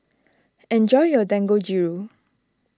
enjoy your Dangojiru